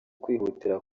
kwihutira